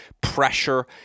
pressure